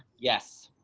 yes.